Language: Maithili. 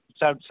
हॅं